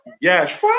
Yes